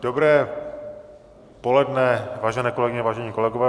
Dobré poledne, vážení kolegyně, vážení kolegové.